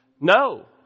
No